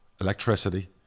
electricity